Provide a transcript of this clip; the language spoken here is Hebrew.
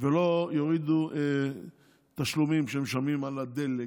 ולא יורידו תשלומים שמשלמים על הדלק,